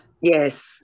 Yes